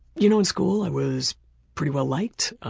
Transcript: you know in school i was pretty well liked.